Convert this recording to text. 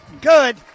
good